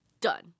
Done